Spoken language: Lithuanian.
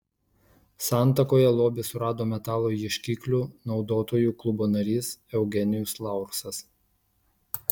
santakoje lobį surado metalo ieškiklių naudotojų klubo narys eugenijus laursas